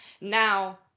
Now